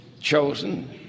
chosen